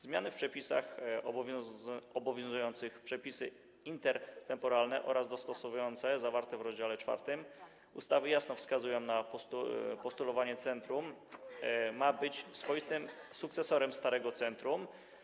Zmiany w przepisach obowiązujących, przepisy intertemporalne oraz dostosowujące, zawarte w rozdziale czwartym ustawy, jasno wskazują, że postulowanie centrum ma być swoistym sukcesorem starego centrum.